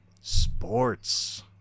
sports